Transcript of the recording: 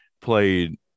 played